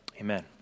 amen